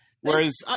Whereas